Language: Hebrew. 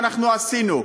אנחנו עשינו.